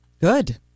Good